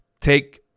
Take